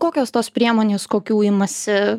kokios tos priemonės kokių imasi